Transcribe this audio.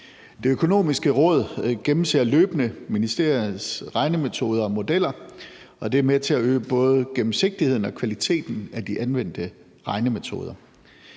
Det Økonomiske Råd gennemser løbende ministeriets regnemetoder og modeller, og det er med til at øge både gennemsigtigheden og kvaliteten af de anvendte regnemetoder.